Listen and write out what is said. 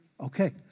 Okay